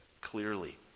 clearly